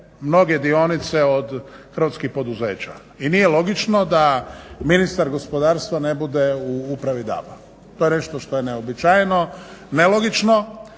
mnoge dionice od hrvatskih poduzeća i nije logično da ministar gospodarstva ne bude u upravi DAB-a. To je nešto što je nešto neuobičajeno, nelogično.